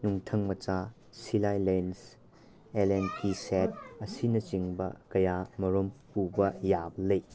ꯅꯨꯡꯊꯪ ꯃꯆꯥ ꯁꯤꯂꯥꯏ ꯂꯦꯟꯁ ꯑꯦꯜꯂꯦꯟ ꯀꯤ ꯁꯦꯠ ꯑꯁꯤꯅꯆꯤꯡꯕ ꯀꯌꯥ ꯃꯔꯨꯝ ꯄꯨꯕ ꯌꯥꯕ ꯂꯩ